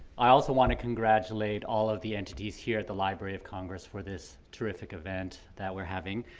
i also want to congratulate all of the entities here at the library of congress for this terrific event that we're having.